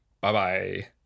Bye-bye